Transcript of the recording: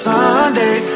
Sunday